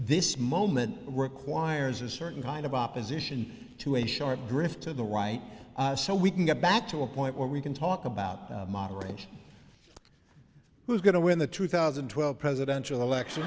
this moment requires a certain kind of opposition to a short drift to the right so we can get back to a point where we can talk about moderation who's going to win the two thousand and twelve presidential election